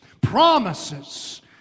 promises